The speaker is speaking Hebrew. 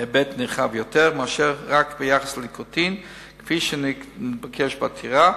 בהיבט נרחב יותר מאשר רק ביחס לניקוטין כפי שנתבקש בעתירה,